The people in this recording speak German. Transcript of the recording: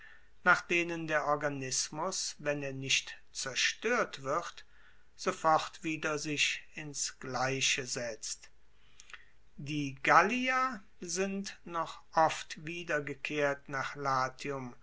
nach denen der organismus wenn er nicht zerstoert wird sofort wieder sich ins gleiche setzt die gallier sind noch oft wiedergekehrt nach latium